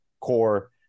core